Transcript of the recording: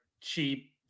cheap